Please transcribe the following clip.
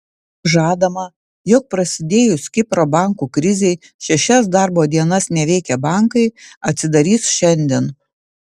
žadama jog prasidėjus kipro bankų krizei šešias darbo dienas neveikę bankai atsidarys šiandien